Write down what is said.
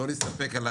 לא להסתפק רק בזה,